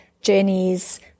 journeys